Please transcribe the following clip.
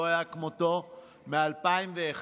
לא היה כמותו מ-2011,